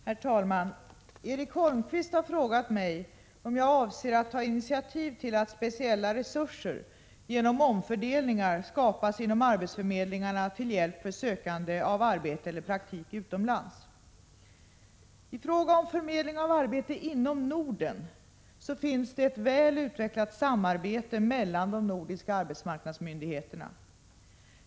Herr talman! Erik Holmkvist har frågat mig om jag avser att ta initiativ till att speciella resurser — genom omfördelningar — skapas inom arbetsförmedlingarna till hjälp för sökande av arbete eller praktik utomlands. I fråga om förmedling av arbete inom Norden finns det ett väl utvecklat samarbete mellan de nordiska arbetsmarknadsmyndigheterna.